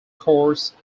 course